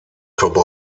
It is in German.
komme